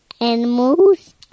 animals